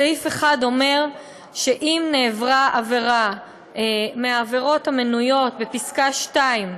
סעיף אחד אומר שאם נעברה עבירה מהעבירות המנויות בפסקה (2),